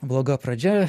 bloga pradžia